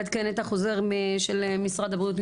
לעדכן את החוזר של משרד הבריאות,